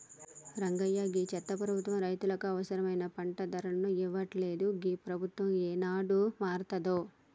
రంగయ్య గీ చెత్త ప్రభుత్వం రైతులకు అవసరమైన పంట ధరలు ఇయ్యట్లలేదు, ఈ ప్రభుత్వం ఏనాడు మారతాదో